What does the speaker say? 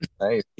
nice